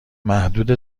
محدود